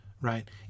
right